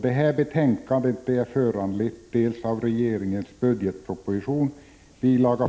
Detta betänkande är föranlett dels av regeringens budgetproposition, bil.